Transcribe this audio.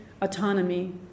autonomy